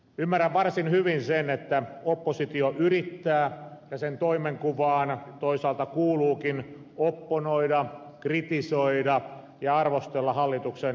ymmärrän varsin hyvin sen että oppositio yrittää ja sen toimenkuvaan toisaalta kuuluukin opponoida kritisoida ja arvostella hallituksen esityksiä